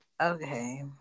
Okay